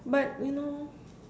but you know